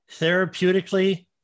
Therapeutically